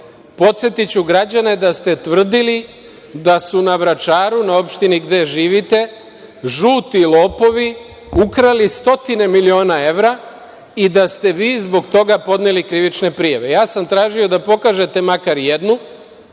Podsetiću građane da ste tvrdili da su na Vračaru, na opštini gde živite, žuti lopovi ukrali stotine miliona evra i da ste vi zbog toga podneli krivične prijave. Ja sam tražio da pokažete makar jednu,